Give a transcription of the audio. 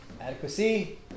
adequacy